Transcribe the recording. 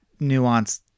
nuanced